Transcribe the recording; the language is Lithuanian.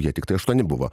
jie tiktai aštuoni buvo